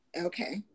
Okay